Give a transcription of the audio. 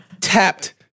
tapped